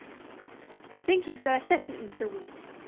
thank you for that assessment, mr. weasley.